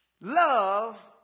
Love